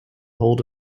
hold